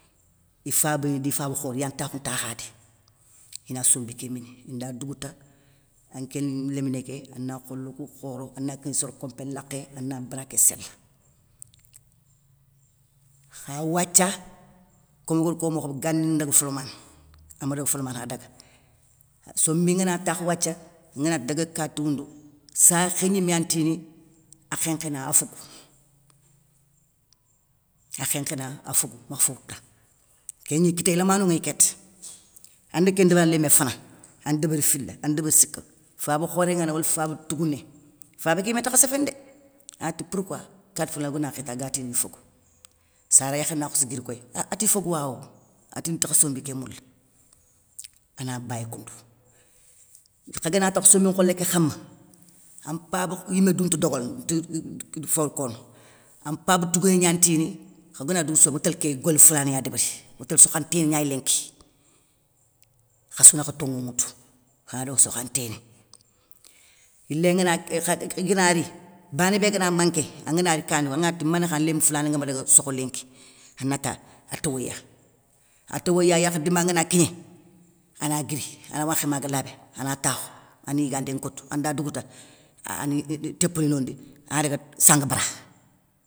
Ifabani di faba khor iya ntakhounou takhadé, ina sombi ké mini, inda dougouta anké lémné ké ana kholo kou khoro ana kigna sor kompé lakhé ana bara ké séla. Kha wathia, komi ogar ko mokhobé, gani ndaga folamané, ama daga folamané adaga, sombi ngana takhou wathia anganati daga kati woundou, sakhé gniméyantini, akhénkhéna a fogou, akhénkhéna afogou makh fowoutou da. Kéni kitéyé lamanou nŋey kéta, anda kén ndébéra lémé fana ani débéri fila ani débéri sika, faba khoré nga no wala faba tougouné, fabé ké yimé ntakha séféné dé anati pourkouwa, kati foulané ogana khiri agatini i fogou. sara yakharé na khossi guiri koy, a ati fogouwawo atintakha sombi ké moula, ana bay koundou. Kha gana tokh sombi nkholé ké khama, an mpaba yimé dountou dokhono, dount fokono, an mpaba tougouniyantini, ogana dougouta sakh otél ké golé foulané ya débéri otél sokhan nténignay lénki, khassouna kha tongou nŋwoutou, khana daga sokhan nténi. Yilé ngana iganari bané bé gana manké, angana rikani anganati mané khani nlémé foulané angama dagua sokh lénki, an nata a towoya, atowoya yarkhata dima ngana kigné, ana guiri, ana wankhi maga labé, ana takhou, ani yigandé kotou, anda dougouta ani i tépouni londi anadaga sangue bara.